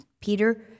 Peter